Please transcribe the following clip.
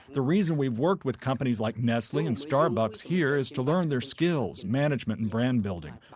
the reason we've worked with companies like nestle and starbucks here is to learn their skills, management and brand building.